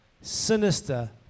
Sinister